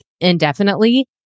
indefinitely